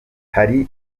hari